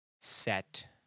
Set